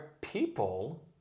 people